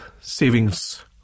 savings